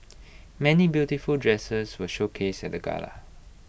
many beautiful dresses were showcased at the gala